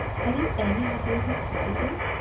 have you any idea who patty is?